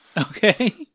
Okay